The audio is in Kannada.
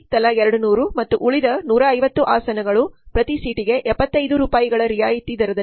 ತಲಾ 200 ಮತ್ತು ಉಳಿದ 150 ಆಸನಗಳು ಪ್ರತಿ ಸೀಟಿಗೆ 75 ರೂಪಾಯಿಗಳ ರಿಯಾಯಿತಿ ದರದಲ್ಲಿ